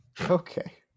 okay